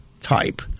type